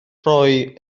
rhoi